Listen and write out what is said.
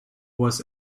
was